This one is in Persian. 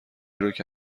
روکه